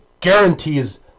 Guarantees